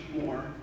more